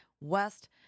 west